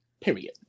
Period